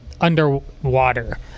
underwater